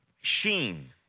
sheen